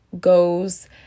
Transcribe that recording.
goes